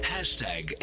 Hashtag